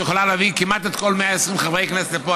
שיכולה להביא כמעט את כל 120 חברי הכנסת לפה,